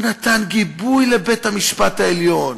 הוא נתן גיבוי לבית-המשפט העליון.